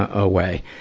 ah away.